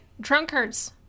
Drunkards